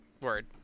word